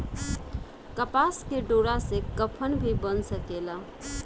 कपास के डोरा से कफन भी बन सकेला